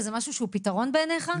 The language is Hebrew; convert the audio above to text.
זה משהו שהוא פתרון בעיניך?